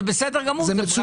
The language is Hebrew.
זה בסדר גמור, זה ברכה.